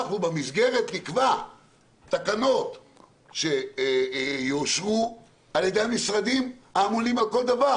אנחנו במסגרת נקבע תקנות שיאושרו על ידי המשרדים האמונים על כל דבר: